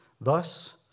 Thus